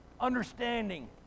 understanding